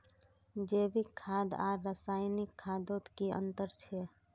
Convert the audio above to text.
जैविक खाद आर रासायनिक खादोत की अंतर छे?